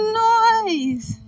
noise